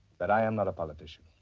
but i am not a politician,